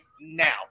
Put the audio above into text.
now